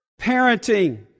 parenting